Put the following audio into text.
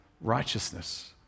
righteousness